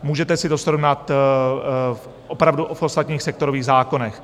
Můžete si to srovnat opravdu v ostatních sektorových zákonech.